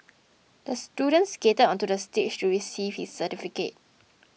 the student skated onto the stage to receive his certificate